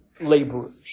laborers